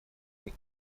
пяти